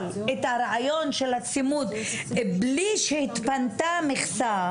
את הרעיון של הצימוד בלי שהתפנה מכסה,